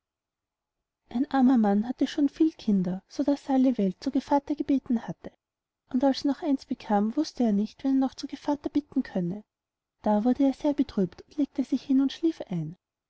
ein armer mann hatte schon viel kinder so daß er alle welt zu gevatter gebeten hatte und als er noch eins bekam wußte er nicht wen er noch zu gevatter bitten könne da wurde er sehr betrübt und legte sich hin und schlief ein